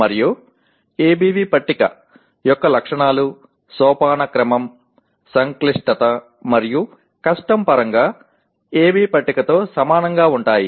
మరియు ABV పట్టిక యొక్క లక్షణాలు సోపానక్రమం సంక్లిష్టత మరియు కష్టం పరంగా AB పట్టికతో సమానంగా ఉంటాయి